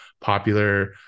popular